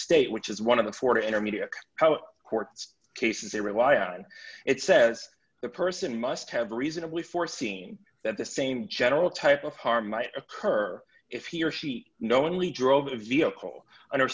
state which is one of the four intermediate how courts cases they rely on it says the person must have reasonably foreseen that the same general type of harm might occur if he or she knowingly drove a vehicle under